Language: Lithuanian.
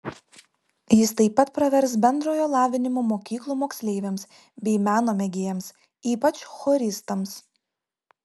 jis taip pat pravers bendrojo lavinimo mokyklų moksleiviams bei meno mėgėjams ypač choristams